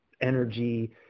energy